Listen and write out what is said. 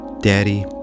Daddy